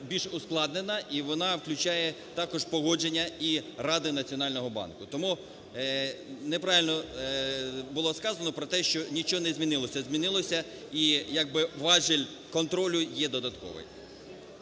більш ускладнена, і вона включає також погодження і Ради Національного банку. Тому неправильно було сказано про те, що нічого не змінилося, змінилося, і як би важіль контролю є додатковий.